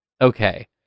Okay